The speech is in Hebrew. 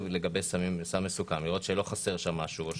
לגבי סם מסוכן ולראות שלא חסר שם משהו.